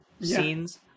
scenes